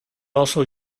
also